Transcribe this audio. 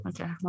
Okay